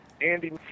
Andy